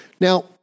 Now